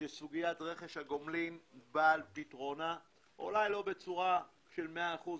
שסוגיית רכש הגומלין באה על פתרונה - אולי לא בצורה של מאה אחוז,